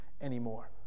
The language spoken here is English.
anymore